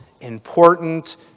important